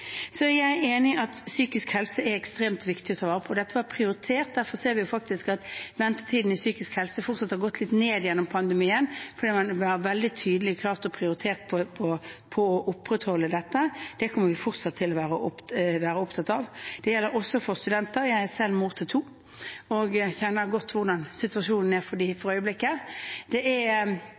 Jeg er enig i at psykisk helse er ekstremt viktig å ta vare på. Dette var prioritert. Derfor ser vi faktisk at ventetiden innen psykisk helse har fortsatt å gå litt ned under pandemien, fordi det var veldig tydelig og klart prioritert å opprettholde dette. Det kommer vi fortsatt til å være opptatt av. Det gjelder også for studenter. Jeg er selv mor til to og kjenner godt hvordan situasjonen er for dem for øyeblikket. Forsknings- og høyere utdanningsministeren har vært tydelig i kontakten, og det